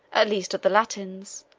at least of the latins,